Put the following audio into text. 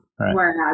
Whereas